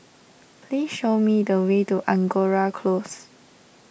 please show me the way to Angora Close